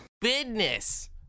business